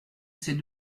ces